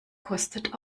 kostet